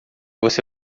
você